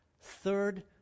Third